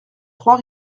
trois